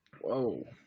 Whoa